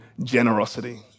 generosity